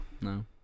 no